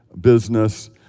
business